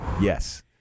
yes